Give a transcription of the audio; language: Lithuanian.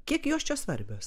kiek jos čia svarbios